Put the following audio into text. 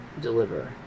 deliver